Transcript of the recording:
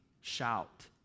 shout